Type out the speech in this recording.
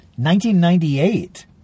1998